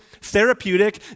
therapeutic